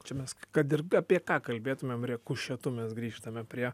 čia mes kad ir apie ką kalbėtumėm rekušetu mes grįžtame prie